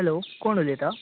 hello कोण उलयता